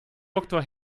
doktor